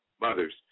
mothers